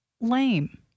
lame